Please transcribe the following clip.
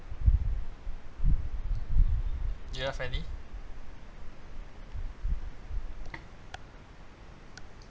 do you have any